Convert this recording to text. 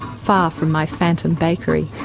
far from my phantom bakery.